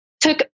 took